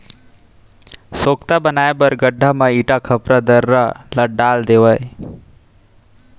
सोख्ता बनाए बर गड्ढ़ा म इटा, खपरा, दर्रा ल डाल देवय